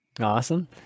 Awesome